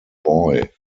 boy